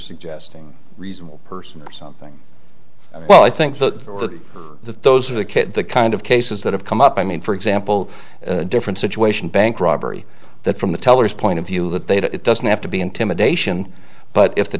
suggesting reasonable person or something well i think the that those are the kids the kind of cases that have come up i mean for example a different situation bank robbery that from the tellers point of view that they that it doesn't have to be intimidation but if the